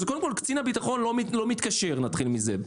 קודם כל, קצין הביטחון לא מתקשר, נתחיל מזה.